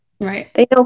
Right